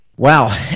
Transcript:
Wow